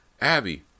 Abby